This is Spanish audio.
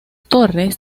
torres